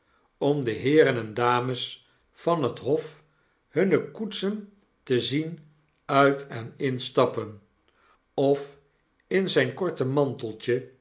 om de heeren en dames van het hof hunne koetsen te zien uit en instappen of in zyn korte manteltje